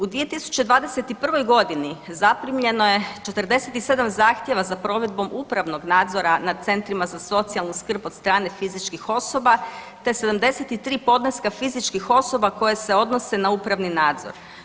U 2021. godini zaprimljeno je 47 zahtjeva za provedbom upravnog nadzora nad centrima za socijalnu skrb od strane fizičkih osoba te 73 podneska fizičkih osoba koje se odnose na upravni nadzor.